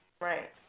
Right